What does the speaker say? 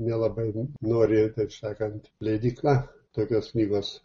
nelabai nori taip sakant leidykla tokios knygos